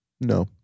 No